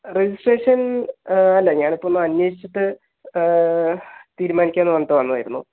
registration അല്ല ഞാൻ ഇപ്പം ഒന്ന് അന്വേഷിച്ചിട്ട് തീരുമാനിക്കാം എന്ന് പറഞ്ഞിട്ട് വന്നതായിരുന്നു